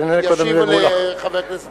אז אני אענה קודם למולה.